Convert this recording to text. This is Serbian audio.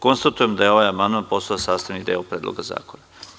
Konstatujem da je ovaj amandman postao sastavni deo Predloga zakona.